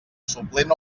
suplent